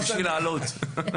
למשרד,